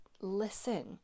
listen